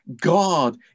God